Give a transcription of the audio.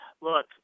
look